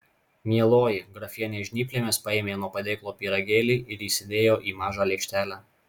mieloji grafienė žnyplėmis paėmė nuo padėklo pyragėlį ir įsidėjo į mažą lėkštelę